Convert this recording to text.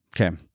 Okay